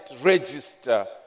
register